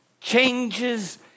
changes